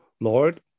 Lord